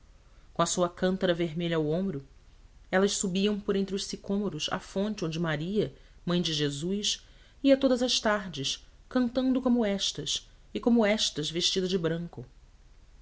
com a sua cântara vermelha ao ombro elas subiam por entre os sicômoros à fonte onde maria mãe de jesus ia todas as tardes cantando como estas e como estas vestida de branco